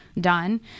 done